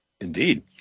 Indeed